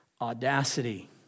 Audacity